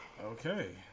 Okay